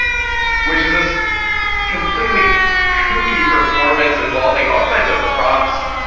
which is this completely kooky performance involving all kinds of props,